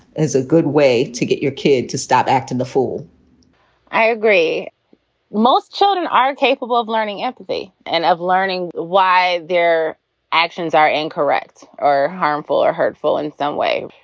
it's a good way to get your kid to stop acting the fool i agree most children are capable of learning empathy and of learning why their actions are incorrect or harmful or hurtful in some way.